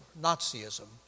Nazism